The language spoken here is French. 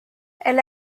elle